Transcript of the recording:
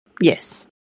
Yes